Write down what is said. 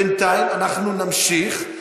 בינתיים אנחנו נמשיך,